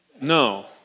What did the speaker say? No